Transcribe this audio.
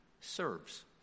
serves